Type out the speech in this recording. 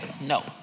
No